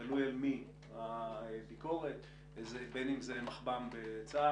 תלוי על מי הביקורת - בין אם זה מחב"ם בצה"ל,